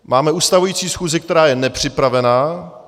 Máme ustavující schůzi, která je nepřipravena.